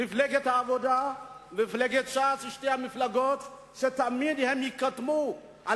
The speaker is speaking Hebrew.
מפלגת העבודה וש"ס הן שתי מפלגות שתמיד יקדמו את